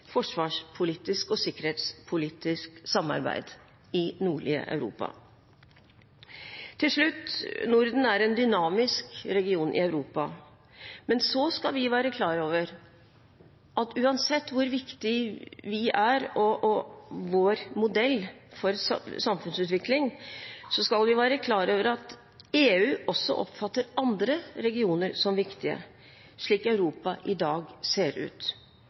forsvarspolitisk og sikkerhetspolitisk samarbeid i det nordlige Europa. Til slutt: Norden er en dynamisk region i Europa. Men uansett hvor viktige vi er, med vår modell for samfunnsutvikling, skal vi være klar over at EU også oppfatter andre regioner som viktige, slik Europa i dag ser ut.